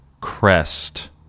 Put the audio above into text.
crest